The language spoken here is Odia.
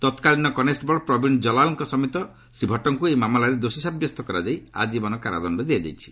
ତତ୍କାଳୀନ କନେଷ୍ଟବଳ ପ୍ରବୀଣ ଜଲାଙ୍କ ସମେତ ଶ୍ରୀ ଭଟ୍ଟଙ୍କ ଏହି ମାମଲାରେ ଦୋଷୀ ସାବ୍ୟସ୍ତ କରାଯାଇ ଆଜୀବନ କାରାଦଣ୍ଡ ଦିଆଯାଇଛି